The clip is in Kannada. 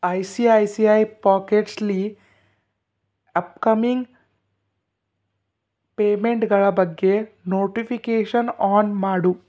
I C I C I ಪಾಕೆಟ್ಸಲ್ಲಿ ಅಪ್ಕಮಿಂಗ್ ಪೇಮೆಂಟ್ಗಳ ಬಗ್ಗೆ ನೋಟಿಫಿಕೇಷನ್ ಆನ್ ಮಾಡು